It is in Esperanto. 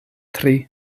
tri